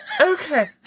okay